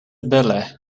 bele